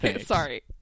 Sorry